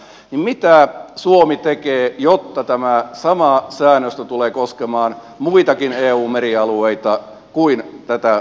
mitä suomi tekee jotta tämä sama säännöstö tulee koskemaan muitakin eun merialueita kuin tätä itämeren aluetta